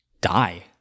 die